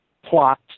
plot